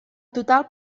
total